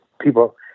people